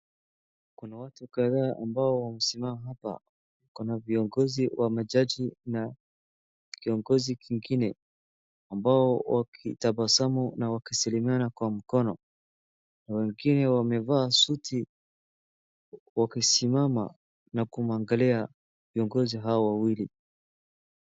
Kuna watu kadhaa ambao wamesimama hapa. Kuna viongozi wa majaji na kiongozi kingine ambao wakitabasamu na wakisalimiana kwa mkono na wengine wamevaa suti wakisimama na kumwangalia viongozi hao wawili.